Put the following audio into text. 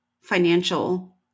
financial